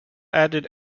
added